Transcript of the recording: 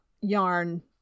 yarn